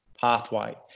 pathway